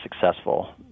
successful